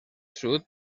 sud